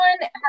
one